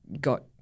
got